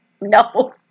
No